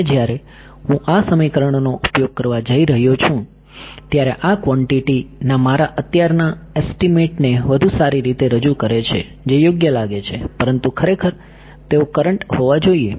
હવે જ્યારે હું આ સમીકરણોનો ઉપયોગ કરવા જઈ રહ્યો છું ત્યારે આ ક્વોંટીટી ના મારા અત્યારના એસ્ટિમેટ ને વધુ સારી રીતે રજૂ કરે છે જે યોગ્ય લાગે છે પરંતુ ખરેખર તેઓ કરંટ હોવા જોઈએ